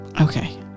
Okay